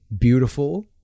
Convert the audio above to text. beautiful